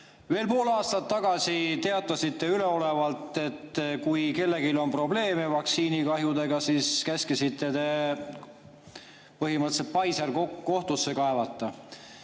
Veel pool aastat tagasi teatasite üleolevalt, et kui kellelgi on probleeme vaktsiinikahjudega, siis tuleb põhimõtteliselt Pfizer kohtusse kaevata.